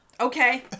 Okay